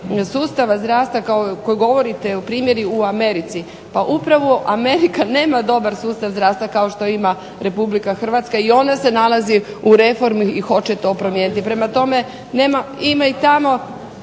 sustava zdravstva kao, koji govorite u primjeri u Americi. Pa upravo Amerika nema dobar sustav zdravstva kao što ima Republika Hrvatska, i ona se nalazi u reformi i hoće to promijeniti. Prema tome ima i tome